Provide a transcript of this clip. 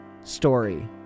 story